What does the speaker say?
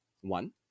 one